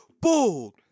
Bold